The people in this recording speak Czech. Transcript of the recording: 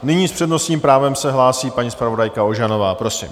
Nyní s přednostním právem se hlásí paní zpravodajka Ožanová, prosím.